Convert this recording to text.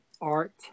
art